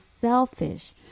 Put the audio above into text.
selfish